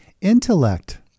intellect